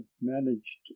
managed